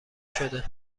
شده